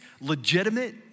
legitimate